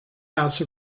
house